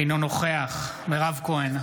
אינו נוכח מירב כהן,